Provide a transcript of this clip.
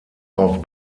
auf